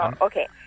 okay